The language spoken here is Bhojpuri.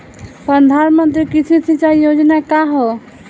प्रधानमंत्री कृषि सिंचाई योजना का ह?